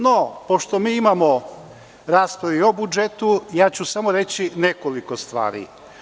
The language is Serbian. No, pošto imamo raspravu o budžetu, reći ću samo nekoliko stvari.